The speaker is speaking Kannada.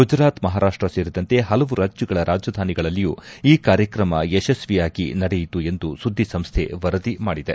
ಗುಜರಾತ್ ಮಹಾರಾಷ್ಟ ಸೇರಿದಂತೆ ಹಲವು ರಾಜ್ಜಗಳ ರಾಜಧಾನಿಗಳಲ್ಲಿಯೂ ಈ ಕಾರ್ಯಕ್ರಮವನ್ನು ಯಶಸ್ತಿಯಾಗಿ ನಡೆಯಿತು ಎಂದು ಸುದ್ನಿ ಸಂಸ್ನೆ ವರದಿ ಮಾಡಿದೆ